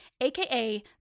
aka